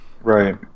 Right